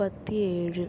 മുപ്പത്തി ഏഴ്